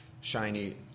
shiny